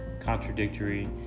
contradictory